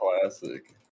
classic